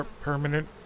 Permanent